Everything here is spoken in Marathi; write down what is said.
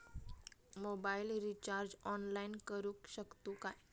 मोबाईल रिचार्ज ऑनलाइन करुक शकतू काय?